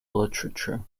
literature